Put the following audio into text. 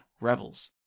rebels